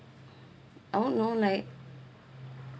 I don't know like